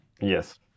Yes